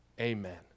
Amen